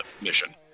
mission